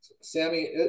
Sammy